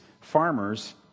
farmers